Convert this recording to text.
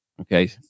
Okay